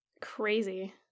Crazy